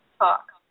talk